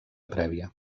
prèvia